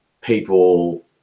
people